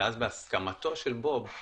ואז בהסכמתו של בוב,